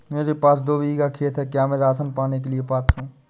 मेरे पास दो बीघा खेत है क्या मैं राशन पाने के लिए पात्र हूँ?